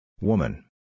Woman